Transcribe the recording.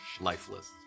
Lifeless